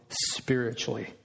spiritually